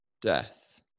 death